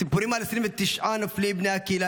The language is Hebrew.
סיפורים על 29 נופלים בני הקהילה